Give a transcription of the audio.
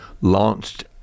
launched